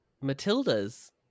Matilda's